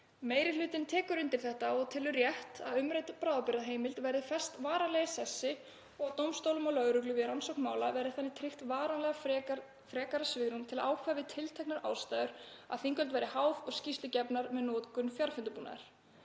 Meiri hlutinn tekur undir þetta og telur rétt að umrædd bráðabirgðaheimild verði fest varanlega í sessi og að dómstólum og lögreglu við rannsókn mála verði þannig tryggt varanlega frekara svigrúm til að ákveða við tilteknar aðstæður að þinghöld verði háð og skýrslur gefnar með notkun fjarfundarbúnaðar.